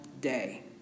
day